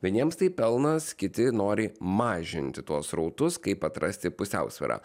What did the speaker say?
vieniems tai pelnas kiti nori mažinti tuos srautus kaip atrasti pusiausvyrą